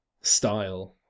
style